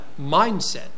mindset